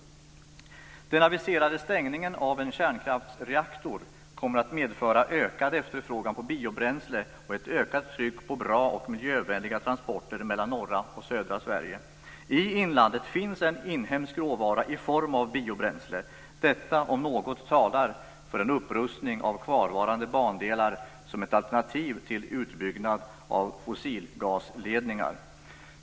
Den aviserade stängningen av en kärnkraftsreaktor kommer att medföra ökad efterfrågan på biobränsle och ett ökat tryck på bra och miljövänliga transporter mellan norra och södra Sverige. I inlandet finns en inhemsk råvara i form av biobränsle. Detta om något talar för en upprustning av kvarvarande bandelar som ett alternativ till utbyggnad av fossilgasledningar.